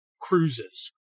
cruises